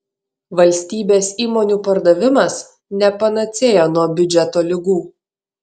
valstybės įmonių pardavimas ne panacėja nuo biudžeto ligų